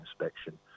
inspection